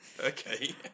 Okay